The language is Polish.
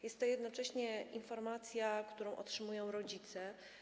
Jest to jednocześnie informacja, którą otrzymują rodzice.